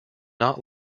not